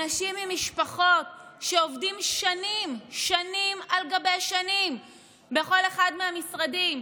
אנשים עם משפחות שעובדים שנים על גבי שנים בכל אחד מהמשרדים,